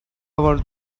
want